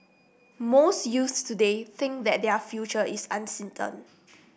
most youths today think that their future is uncertain